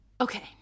Okay